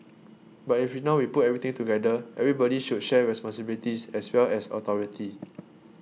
but if we now put everything together everybody should share responsibilities as well as authority